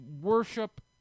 worship